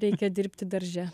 reikia dirbti darže